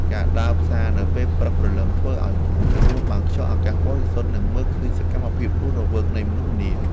ការដើរផ្សារនៅពេលព្រឹកព្រលឹមធ្វើឱ្យយើងទទួលបានខ្យល់អាកាសបរិសុទ្ធនិងឃើញសកម្មភាពរស់រវើកនៃមនុស្សម្នា។